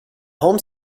home